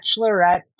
bachelorette